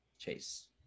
Chase